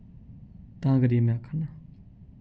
तां करियै में आक्खै ना